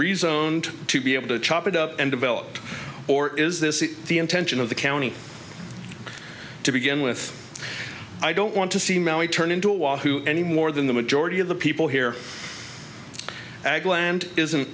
rezoned to be able to chop it up and developed or is this the intention of the county to begin with i don't want to see maui turn into a wahoo any more than the majority of the people here